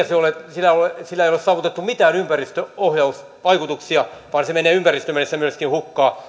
se ei ole parantanut niiden kilpailukykyä eikä sillä ole saavutettu mitään ympäristöohjausvaikutuksia vaan se menee ympäristömielessä myöskin hukkaan